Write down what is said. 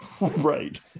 right